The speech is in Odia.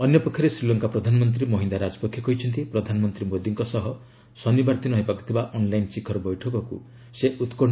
ଅନ୍ୟପକ୍ଷରେ ଶ୍ରୀଲଙ୍କା ପ୍ରଧାନମନ୍ତ୍ରୀ ମହିନ୍ଦା ରାଜପକ୍ଷେ କହିଛନ୍ତି ପ୍ରଧାନମନ୍ତ୍ରୀ ମୋଦିଙ୍କ ସହ ଶନିବାର ଦିନ ହେବାକୁ ଥିବା ଅନ୍ଲାଇନ୍ ଶିଖର ବୈଠକକୁ ସେ ଉତ୍କଶ୍ଚାର ସହ ଅପେକ୍ଷା କରି ରହିଛନ୍ତି